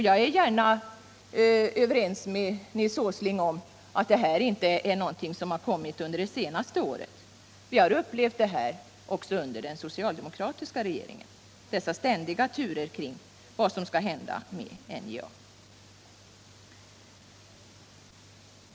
Jag är överens med Nils Åsling om att detta inte är något som har kommit under det senaste året; vi har också under den socialdemokratiska regeringen upplevt dessa ständiga turer kring vad som skall hända med NJA.